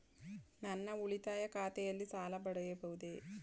ನನ್ನ ಉಳಿತಾಯ ಖಾತೆಯಲ್ಲಿ ಸಾಲ ಪಡೆಯಬಹುದೇ?